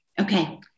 Okay